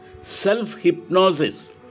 self-hypnosis